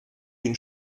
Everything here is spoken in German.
den